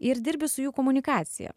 ir dirbi su jų komunikacija